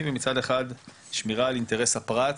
ומצד אחד זה שמירה על אינטרס הפרט,